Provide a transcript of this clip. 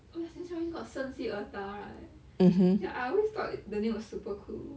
!wah! since when you got 圣希尔达 right ya I always thought the name was super cool